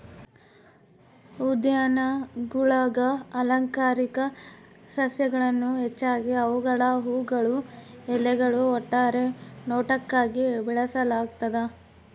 ಉದ್ಯಾನಗುಳಾಗ ಅಲಂಕಾರಿಕ ಸಸ್ಯಗಳನ್ನು ಹೆಚ್ಚಾಗಿ ಅವುಗಳ ಹೂವುಗಳು ಎಲೆಗಳು ಒಟ್ಟಾರೆ ನೋಟಕ್ಕಾಗಿ ಬೆಳೆಸಲಾಗ್ತದ